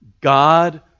God